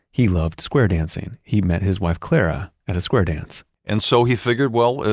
he loved square dancing. he met his wife clara at a square dance and so he figured, well,